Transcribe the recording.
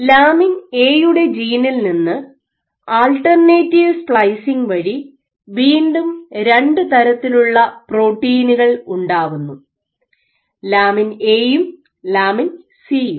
lamin എയുടെ ജീനിൽ നിന്ന് ആൾട്ടർനേറ്റീവ് സപ്ലൈസിങ് വഴി വീണ്ടും രണ്ട് തരത്തിലുള്ള പ്രോട്ടീനുകൾ ഉണ്ടാവുന്നു ലാമിൻ എയും ലാമിൻ സി യും